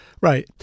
Right